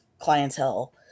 clientele